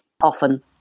often